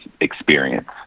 experience